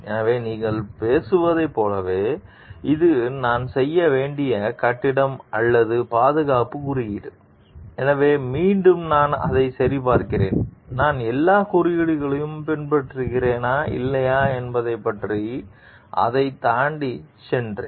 எனவே நீங்கள் பேசுவதைப் போலவே இது நான் செய்ய வேண்டிய கட்டிடம் அல்லது பாதுகாப்புக் குறியீடு எனவே மீண்டும் நான் அதை சரிபார்க்கிறேன் நான் எல்லா குறியீடுகளையும் பின்பற்றியிருக்கிறேனா இல்லையா என்பதைப் பார்க்க அதைத் தாண்டிச் சென்றேன்